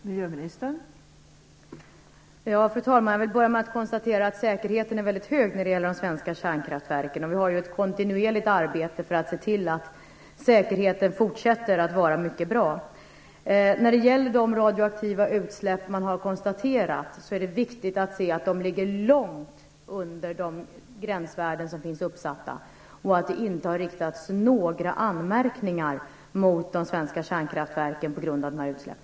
Fru talman! Jag vill börja med att konstatera att säkerheten är väldigt hög i de svenska kärnkraftverken. Vi har ett kontinuerligt arbete för att se till att säkerheten fortsätter att vara mycket bra. När det gäller de radioaktiva utsläpp som har konstaterats, är det viktigt att se att de ligger långt under de gränsvärden som finns uppsatta och att det inte har riktats några anmärkningar mot de svenska kärnkraftverken på grund av dessa utsläpp.